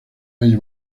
año